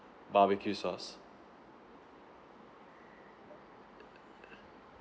barbeque sauce